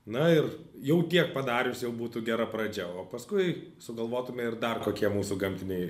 na ir jau tiek padarius jau būtų gera pradžia o paskui sugalvotume ir dar kokie mūsų gamtiniai